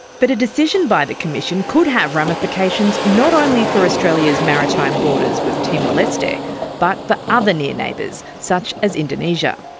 but a decision by the commission could have ramifications not only for australia's maritime borders with timor-leste but for other near neighbours, such as indonesia.